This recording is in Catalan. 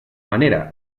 manera